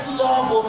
love